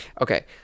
Okay